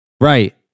Right